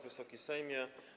Wysoki Sejmie!